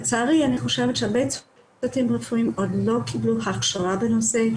לצערי אני חושבת שהרבה צוותים רפואיים עוד לא קיבלו הכשרה בנושא,